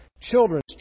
children's